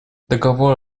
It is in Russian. договор